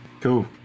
Cool